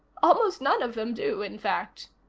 almost none of them do, in fact.